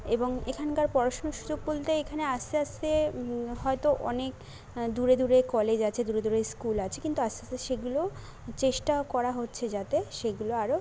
এবং এখানকার পড়াশুনোর সুযোগ বলতে এখানে আস্তে আস্তে হয়তো অনেক দূরে দূরে কলেজ আচ্ছে দূরে স্কুল আছে কিন্তু আস্তে আস্তে সেগুলোও চেষ্টা করা হচ্ছে যাতে সেগুলো আরো